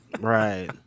Right